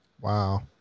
Wow